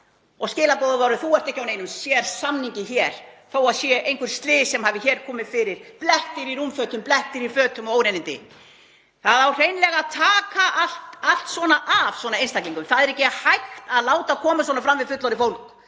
og skilaboðin voru: Þú ert ekki á neinum sérsamningi hér þó að það hafi orðið einhver slys, blettir í rúmfötum, blettir í fötum og óhreinindi. Það á hreinlega að taka allt svona af svona einstaklingum. Það er ekki hægt að láta koma svona fram við fullorðið fólk.